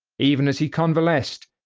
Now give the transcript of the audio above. even as he convalesced,